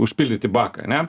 užpildyti baką ane